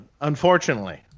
Unfortunately